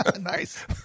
nice